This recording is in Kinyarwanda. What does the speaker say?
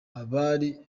abari